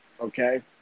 Okay